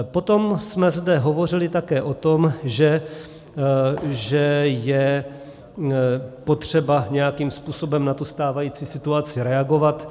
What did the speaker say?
Potom jsme zde hovořili také o tom, že je potřeba nějakým způsobem na tu stávající situaci reagovat.